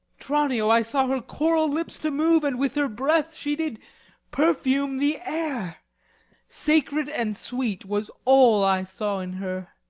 tranio, i saw her coral lips to move, and with her breath she did perfume the air sacred and sweet was all i saw in her.